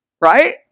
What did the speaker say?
right